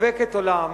חובקת עולם,